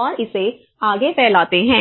और इसे आगे फैलाते हैं